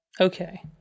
Okay